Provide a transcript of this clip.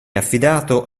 affidato